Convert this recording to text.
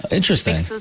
Interesting